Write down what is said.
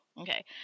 okay